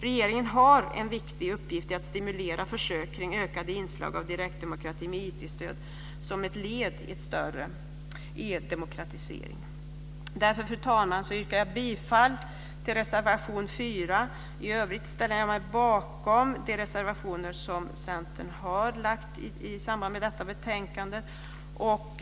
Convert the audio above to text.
Regeringen har en viktig uppgift i att stimulera försök kring ökade inslag av direktdemokrati med IT-stöd som ett led i en större e-demokratisering. Fru talman! Därmed yrkar jag bifall till reservation nr 4. I övrigt ställer jag mig bakom de reservationer som Centern har fogat till detta betänkande.